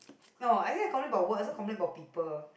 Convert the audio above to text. oh I get to complain about work also complain about people